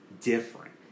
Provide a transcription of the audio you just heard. different